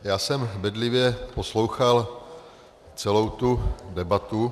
Já jsem bedlivě poslouchal celou tu debatu.